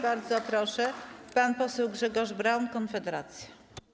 Bardzo proszę, pan poseł Grzegorz Braun, Konfederacja.